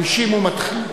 הוא מתחיל ב-50.